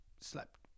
slept